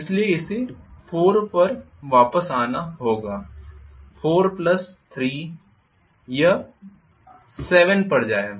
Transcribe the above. इसलिए इसे 4 पर वापस आना होगा 4 प्लस 3 यह अब 7 पर जाएं